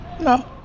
No